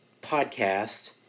podcast